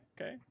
Okay